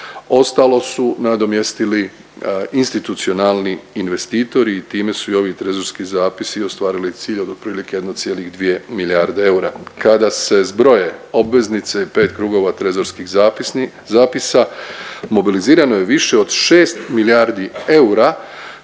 ostalo su nadomjestili institucionalni investitori i time su i ovi trezorski zapisi ostvarili cilj od otprilike 1,2 milijarde eura. Kada se zbroje obveznice pet krugova trezorskih zapisa mobilizirano je više od šest milijardi eura